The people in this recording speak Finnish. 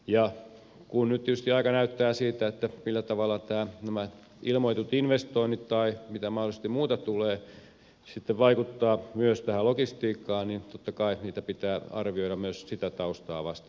ja kun nyt tietysti aika näyttää millä tavalla nämä ilmoitetut investoinnit tai mitä mahdollisesti muuta tulee sitten vaikuttavat myös tähän logistiikkaan niin totta kai niitä pitää arvioida myös sitä taustaa vasten